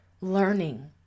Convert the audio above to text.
learning